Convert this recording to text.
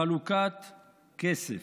חלוקת כסף.